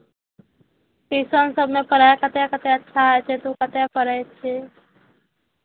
tuition सभमे पढ़ाइ कतेक कतेक अच्छा होइ छै तोँ कतय पढ़ै छिही